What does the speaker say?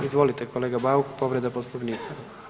Izvolite kolega Bauk povreda Poslovnika.